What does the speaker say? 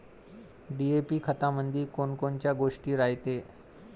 DAP खतामंदी कोनकोनच्या गोष्टी रायते?